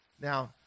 Now